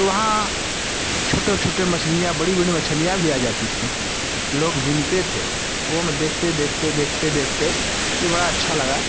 तो वहाँ छोटे छोटे मछलियाँ बड़ी बड़ी मछलियाँ भी आ जाती थी लोग बीनते थे वो मैं देखते देखते देखते देखते ये बड़ा अच्छा लगा